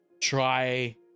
try